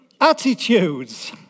attitudes